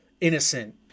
innocent